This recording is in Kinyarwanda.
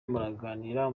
muraganira